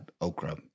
okra